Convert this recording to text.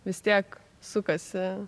vis tiek sukasi